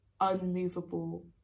unmovable